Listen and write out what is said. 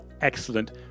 excellent